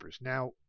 now